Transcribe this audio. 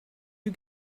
you